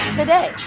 today